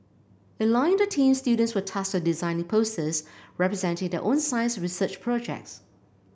in line the theme students were tasked with designing posters representing their own science research projects